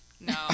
No